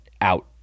out